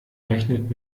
rechnet